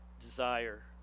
desire